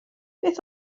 beth